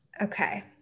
okay